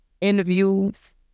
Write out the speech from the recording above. interviews